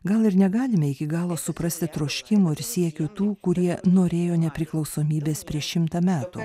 gal ir negalime iki galo suprasti troškimo ir siekių tų kurie norėjo nepriklausomybės prieš šimtą metų